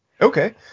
Okay